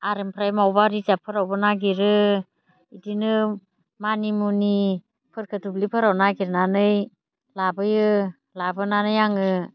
आरो ओमफ्राय मावबा रिजार्भफोरावबो नागिरो बिदिनो मानिमुनिफोरखौ दुब्लिफोराव नागिरनानै लाबोयो लाबोनानै आङो